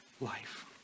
life